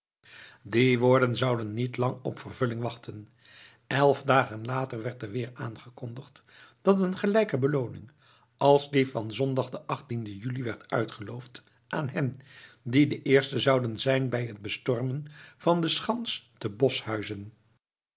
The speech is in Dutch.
die woorden zouden niet lang op vervulling wachten elf dagen later werd er weer aangekondigd dat een gelijke belooning als die van zondag den achttienden juli werd uitgeloofd aan hen die de eersten zouden zijn bij het bestormen van de schans te